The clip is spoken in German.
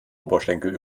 oberschenkel